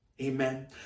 Amen